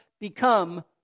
become